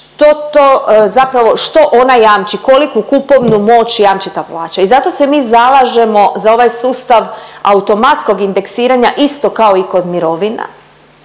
što ona jamči. Koliku kupovnu moć jamči ta plaća i zato se mi zalažemo za ovaj sustav automatskog indeksiranja isto kao i kod mirovina,